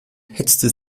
hetzte